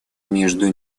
между